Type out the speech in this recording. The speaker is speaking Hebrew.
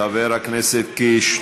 חבר הכנסת קיש,